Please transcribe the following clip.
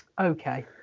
okay